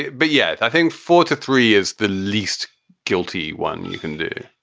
but. yeah i think four to three is the least guilty. one you can do.